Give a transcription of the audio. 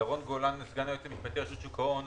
ירון גולן, סגן ליועץ המשפטי לרשות שוק ההון.